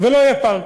ולא יהיה פארק.